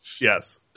Yes